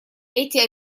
эти